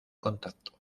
contacto